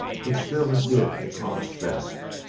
but still it did its honest best.